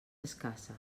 escassa